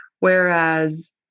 Whereas